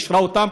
אישרה אותן,